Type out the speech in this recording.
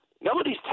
Nobody's